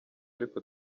ariko